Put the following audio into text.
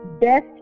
best